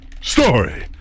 story